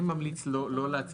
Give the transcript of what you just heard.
אני ממליץ לא להצביע,